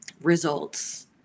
results